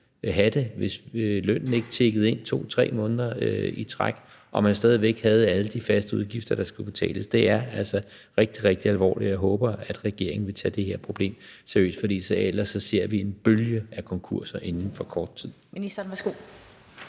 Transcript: hvis lønnen ikke tikkede ind 2 eller 3 måneder i træk og man stadig væk havde alle de faste udgifter, der skulle betales? Det er altså rigtig, rigtig alvorligt, og jeg håber, at regeringen vil tage det her problem seriøst, for ellers ser vi en bølge af konkurser inden for kort tid. Kl. 16:28 Den fg.